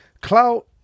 Clout